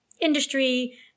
Industry